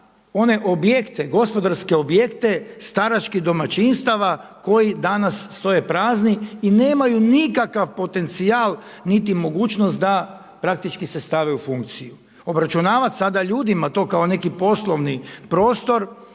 one objekte, gospodarske objekte staračkih domaćinstava koji danas stoje prazni i nemaju nikakav potencijal niti mogućnost da praktički se stave u funkciju? nemaju nikakav potencijal niti mogućnost